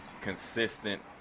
consistent